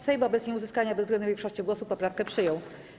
Sejm wobec nieuzyskania bezwzględnej większości głosów poprawkę przyjął.